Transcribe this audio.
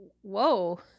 whoa